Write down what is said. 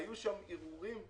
היו ערעורים.